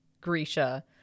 grisha